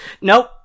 nope